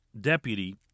deputy